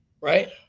right